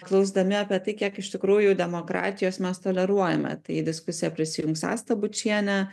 klausdami apie tai kiek iš tikrųjų demokratijos mes toleruojame tai į diskusiją prisijungs asta bučienė